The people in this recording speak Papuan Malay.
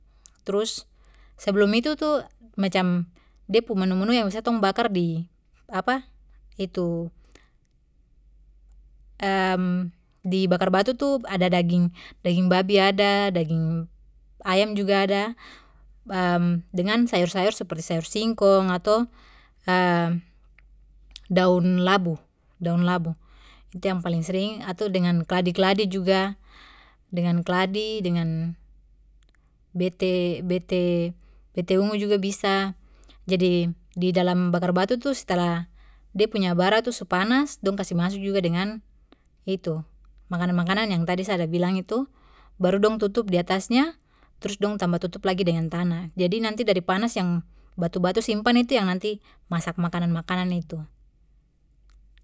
Trus sebelum itu tu macam de pu menu menu yang biasa bakar di di bakar batu tu ada daging daging babi ada daging ayam juga ada dengan sayur sayur seperti sayur singkong ato daun labu daun labu itu yang paling sering ato dengan keladi keladi juga dengan keladi dengan bete bete bete ungu juga bisa, jadi di dalam bakar batu tu setelah de pu bara su panas dong kasih masuk juga dengan itu makanan makanan yang tadi sa ada bilang itu baru dong tutup di atasnya trus dong tambah tutup lagi dengan tanah jadi nanti dari panas yang batu batu simpan itu yang nanti masak makanan makanan itu.